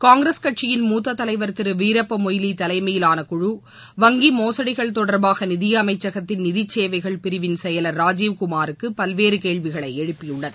காங்கிரஸ் கட்சியின் மூத்த தலைவர் திரு வீரப்ப மொய்லி தலைமையிலான குழு வங்கி மோசடிகள் தொடர்பாக நிதியமைச்சகத்தின் நிதி சேவைகள் பிரிவின் செயலர் ராஜீவ் குமாருக்கு பல்வேறு கேள்விகளை எழுப்பியுள்ளது